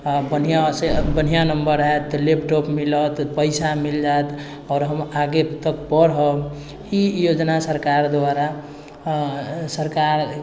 बढ़िआँसँ बढ़िआँ नम्बर आएत तऽ लैपटॉप मिलत पइसा मिल जाएत आओर हम आगे तक पढ़ब ई योजना सरकार द्वारा सरकार